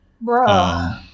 bro